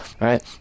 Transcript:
right